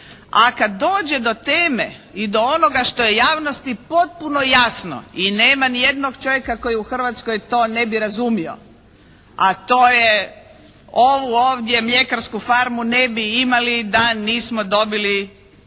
A kad dođe do teme i onoga što je javnosti potpuno jasno i nema ni jednog čovjeka koji u Hrvatskoj to ne bi razumio, a to je, ovu ovdje mljekarsku farmu ne bi imali da nismo dobili